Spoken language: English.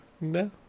No